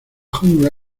jungla